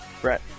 Brett